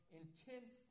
intense